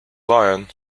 lion